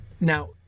Now